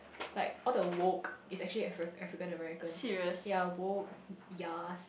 like how to vote is actually African American yea vote yes